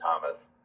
thomas